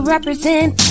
Represent